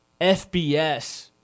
FBS